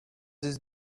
this